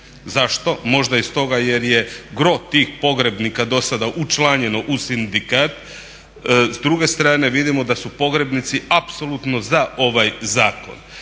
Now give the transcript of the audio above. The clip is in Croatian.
Zašto? Možda iz toga jer je gro tih pogrebnika do sada učlanjeno u sindikat. S druge strane vidimo da su pogrebnici apsolutno za taj zakon.